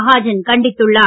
மஹாஜன் கண்டித்துள்ளார்